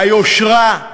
היושרה?